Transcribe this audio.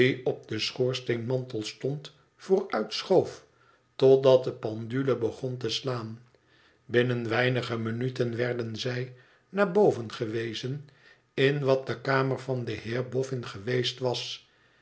op den schoorsteemantel stond vooruitschoof totdat de pendule begon te slaan binnen weinige minuten werden zij naar boven gewezen in wat de kamer van den heer boffin geweest was